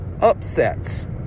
upsets